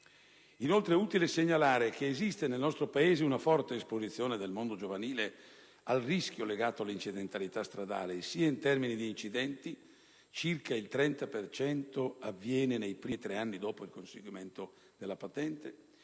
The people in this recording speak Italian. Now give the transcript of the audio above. Inoltre, è utile segnalare che esiste, nel nostro Paese, una forte esposizione del mondo giovanile al rischio legato all'incidentalità stradale, sia in termini di incidenti (circa il 30 pei cento avviene nei primi 3 anni dopo il conseguimento della patente)